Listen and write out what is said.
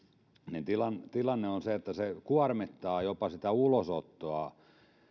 niin tilanne tilanne on se että se kuormittaa jopa sitä ulosottoa